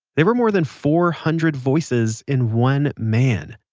there were more than four hundred voices in one man.